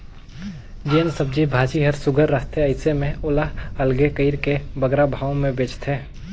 जेन सब्जी भाजी हर सुग्घर रहथे अइसे में ओला अलगे कइर के बगरा भाव में बेंचथें